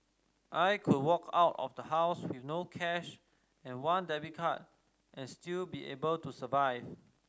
I could walk out of the house with no cash and one debit card and still be able to survive